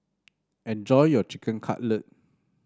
enjoy your Chicken Cutlet